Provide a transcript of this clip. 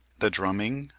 the drumming,